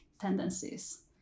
tendencies